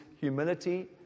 humility